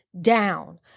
down